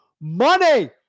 money